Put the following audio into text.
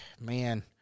man